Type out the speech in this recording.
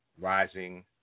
rising